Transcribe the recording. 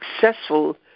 successful